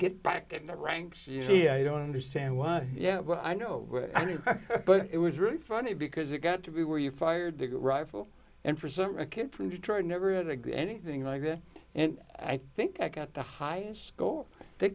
get back in the ranks you see i don't understand why yeah i know but it was really funny because it got to be where you fired the rifle and for some a kid from detroit never had to get anything like that and i think i got the high score they